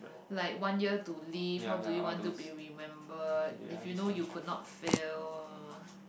like one year to live how do you want to be remembered if you know you could not fail